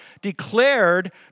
declared